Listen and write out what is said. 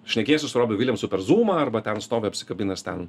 šnekiesi su robiu viljamsu per zūmą arba ten stovi apsikabinęs ten